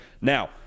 Now